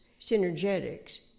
Synergetics